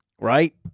Right